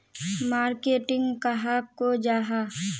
Marketing कहाक को जाहा?